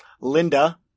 Linda